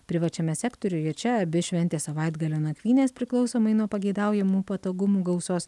privačiame sektoriuje čia abi šventės savaitgalio nakvynės priklausomai nuo pageidaujamų patogumų gausos